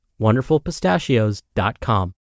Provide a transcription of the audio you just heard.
wonderfulpistachios.com